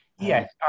Yes